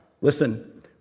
Listen